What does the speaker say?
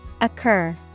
Occur